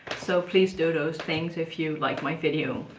so please do those things if you like my video!